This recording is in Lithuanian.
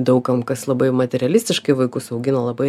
daug kam kas labai materialistiškai vaikus augino labai